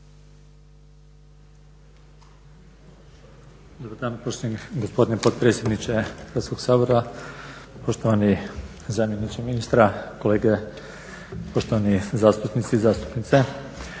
Dobar dan poštovani gospodine potpredsjedniče Hrvatskoga sabora, poštovani zamjeniče ministra, kolege, poštovani zastupnici i zastupnice.